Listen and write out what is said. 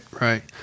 right